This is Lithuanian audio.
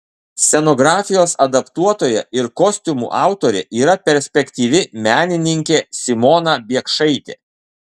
scenografijos adaptuotoja ir kostiumų autorė yra perspektyvi menininkė simona biekšaitė